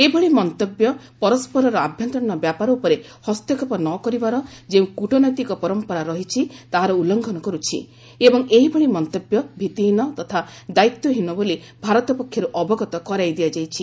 ଏଭଳି ମନ୍ତବ୍ୟ ପରସ୍କରର ଆଭ୍ୟନ୍ତରୀଣ ବ୍ୟାପାର ଉପରେ ହସ୍ତକ୍ଷେପ ନ କରିବାର ଯେଉଁ କୂଟନୈତିକ ପରମ୍ପରା ରହିଛି ତାହାର ଉଲ୍କଙ୍ଘନ କରୁଛି ଏବଂ ଏହିଭଳି ମନ୍ତବ୍ୟ ଭିତ୍ତିହୀନ ତଥା ଦାୟିତ୍ୱହୀନ ବୋଲି ଭାରତ ପକ୍ଷରୁ ଅବଗତ କରାଇ ଦିଆଯାଇଛି